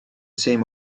same